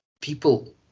People